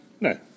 No